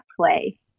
play